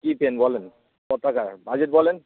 কি পেন বলেন ক টাকা বাজেট বলেন